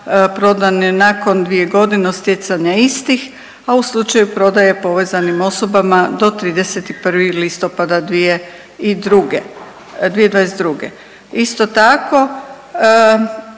prodani nakon dvije godine od stjecanja istih, a u slučaju prodaju povezanim osobama do 31. listopada 2022. Isto tako